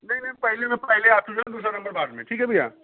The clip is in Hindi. नहीं नहीं पहले मैं पहले आ तो जाऊँ दूसरा नम्बर बाद में ठीक है भैया